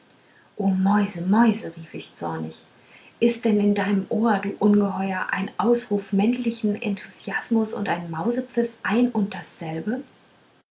mäuse mäuse rief ich zornig ist denn in deinem ohr du ungeheuer ein ausruf männlichen enthusiasmus und ein mausepfiff ein und dasselbe